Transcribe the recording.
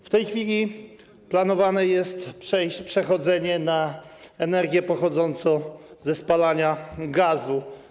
W tej chwili planowane jest przechodzenie na energię pochodzącą ze spalania gazu.